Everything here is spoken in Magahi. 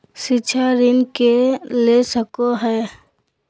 शिक्षा ऋण के ले सको है?